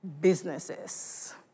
businesses